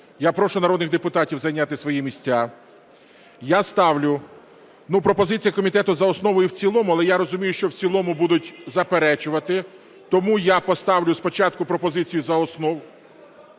Я прошу народних депутатів зайняти свої місця. Я ставлю, ну, пропозиція комітету за основу і в цілому, але я розумію, що "в цілому" будуть заперечувати. Тому я поставлю спочатку пропозицію за основу.